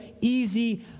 easy